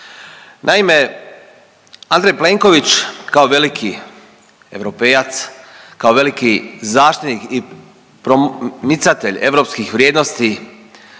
Naime, Andrej Plenković kao veliki europejac, kao veliki zaštitnik i promicatelj europskih vrijednosti